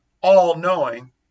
all-knowing